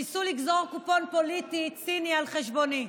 שניסו לגזור קופון פוליטי ציני על חשבוני,